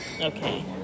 Okay